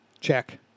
Check